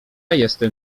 jestem